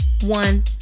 one